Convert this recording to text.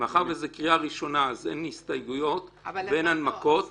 מאחר וזה קריאה ראשונה אז אין הסתייגויות ואין הנמקות.